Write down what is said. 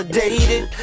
dated